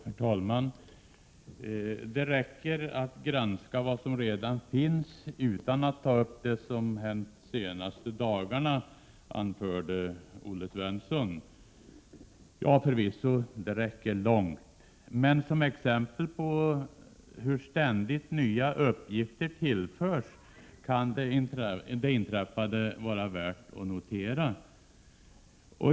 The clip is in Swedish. Herr talman! Det räcker att granska vad som redan finns utan att ta upp det som hänt de senaste dagarna, anförde Olle Svensson. Förvisso räcker det långt, men som exempel på hur ständigt nya uppgifter tillförs kan det inträffade vara värt att notera.